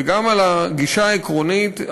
וגם על הגישה העקרונית,